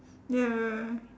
ya